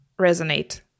resonate